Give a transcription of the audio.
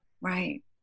Right